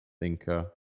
thinker